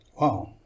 Wow